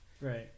Right